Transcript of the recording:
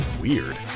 weird